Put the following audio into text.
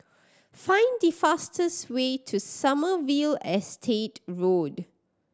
find the fastest way to Sommerville Estate Road